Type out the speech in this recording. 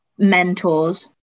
Mentors